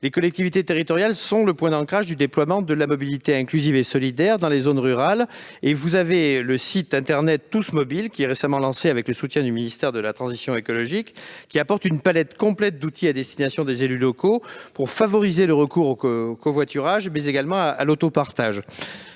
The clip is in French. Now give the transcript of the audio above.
Les collectivités territoriales sont le point d'ancrage du déploiement de la mobilité inclusive et solidaire dans les zones rurales. Le site internet « Tous Mobiles » a récemment été lancé avec le soutien du ministère de la transition écologique. Il propose une palette complète d'outils aux élus locaux afin de favoriser le recours au covoiturage, mais également à l'autopartage,